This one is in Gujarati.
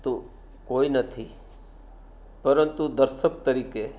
તો કોઈ નથી પરંતુ દર્શક તરીકે